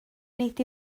nid